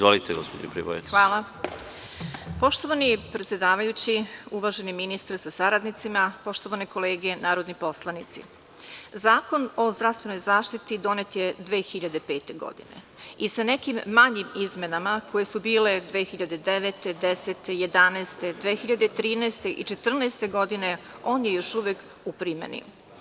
Poštovani predsedavajući, uvaženi ministre sa saradnicima, poštovane kolege narodni poslanici, Zakon o zdravstvenoj zaštiti donet je 2005. godine i sa nekim manjim izmenama koje su bile 2009, 2010, 2011, 2013. i 2014. godine, on je još uvek u primeni.